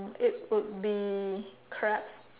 it would be crabs